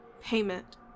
payment